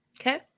Okay